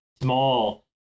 small